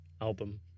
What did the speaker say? album